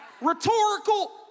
rhetorical